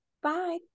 Bye